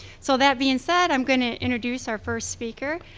so that being said, i'm going to introduce our first speaker,